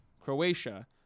Croatia